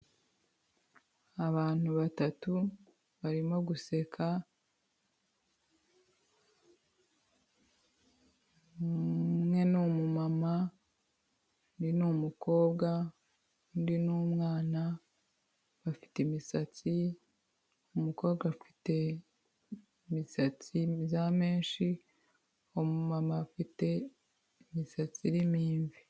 Abantu batatu barimo guseka, umwe ni umumama, undi ni umukobwa undi ni umwana, bafite imisatsi umukobwa afite ibisatsi bya menshi, umumama afite imisatsi irimo imvi.